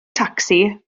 tacsi